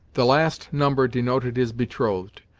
the last number denoted his betrothed,